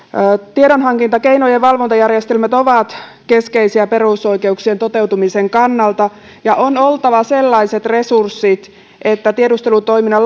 tiedonhankintakeinojen valvontajärjestelmät ovat keskeisiä perusoikeuksien toteutumisen kannalta ja on oltava sellaiset resurssit että tiedustelutoiminnan